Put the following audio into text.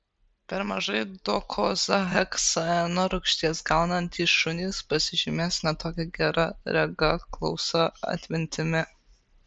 per mažai dokozaheksaeno rūgšties gaunantys šunys pasižymės ne tokia gera rega klausa atmintimi